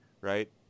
right